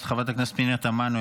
חברת הכנסת פנינה תמנו,